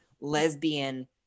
lesbian